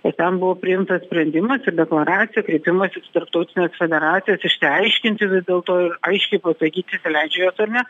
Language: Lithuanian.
ir ten buvo priimtas sprendimas ir deklaracija kreipimasis į tarptautines federacijas išsiaiškinti vis dėlto aiškiai pasakyt įsileidžia jos ar ne